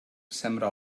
sembra